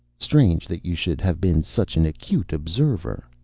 strange that you should have been such an acute observer.